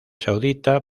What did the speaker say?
saudita